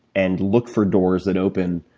and look for doors that open.